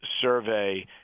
survey